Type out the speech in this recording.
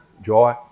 joy